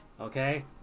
okay